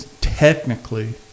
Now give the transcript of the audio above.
technically